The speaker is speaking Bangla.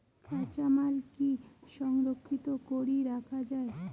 কাঁচামাল কি সংরক্ষিত করি রাখা যায়?